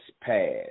past